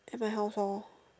at my house hor